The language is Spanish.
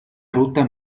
ruta